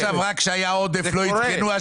בשנה שעברה כשהיה עודף לא עדכנו.